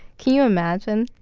can you imagine?